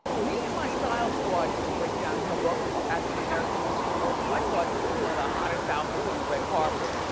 me and my style squad didn't break down her look at the american music awards, but i thought this was one of the hottest outfits on the red carpet.